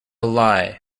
lie